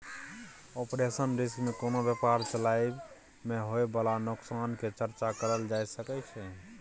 operational risk में कोनो व्यापार चलाबइ में होइ बाला नोकसान के चर्चा करल जा सकइ छइ